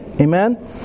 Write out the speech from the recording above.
Amen